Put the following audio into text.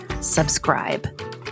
subscribe